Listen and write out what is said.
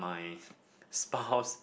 my spouse